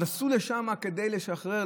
נסעו לשם כדי לשחרר,